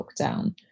lockdown